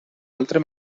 altre